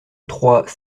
trois